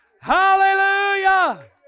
Hallelujah